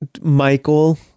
Michael